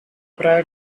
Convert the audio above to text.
prior